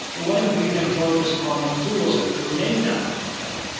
but what if we can focus on the tools that create that web content?